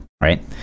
Right